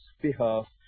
behalf